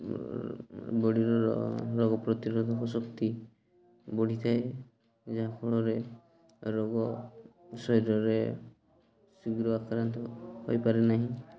ବଡିର ରୋଗ ପ୍ରତିରୋଧକ ଶକ୍ତି ବଢ଼ିଥାଏ ଯାହାଫଳରେ ରୋଗ ଶରୀରରେ ଶୀଘ୍ର ଆକ୍ରାନ୍ତ ହୋଇପାରେ ନାହିଁ